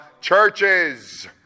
churches